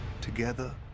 together